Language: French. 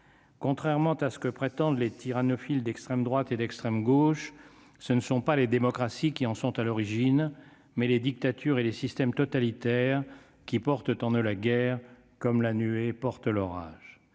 Contrairement à ce que prétendent les tyranneaux files d'extrême droite et d'extrême gauche, ce ne sont pas les démocraties qui en sont à l'origine, mais les dictatures et les systèmes totalitaires qui portent en eux la guerre comme la nuée porte l'orage